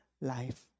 life